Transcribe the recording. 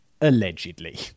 allegedly